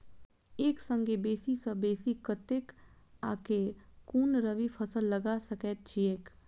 एक संगे बेसी सऽ बेसी कतेक आ केँ कुन रबी फसल लगा सकै छियैक?